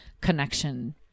connection